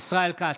ישראל כץ,